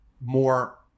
more